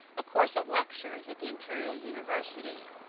a course of lectures at the imperial university,